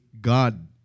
God